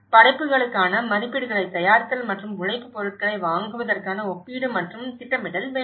படைப்புகளுக்கான மதிப்பீடுகளைத் தயாரித்தல் மற்றும் உழைப்புப் பொருட்களை வாங்குவதற்கான ஒப்பீடு மற்றும் திட்டமிடல் வேண்டும்